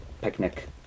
picnic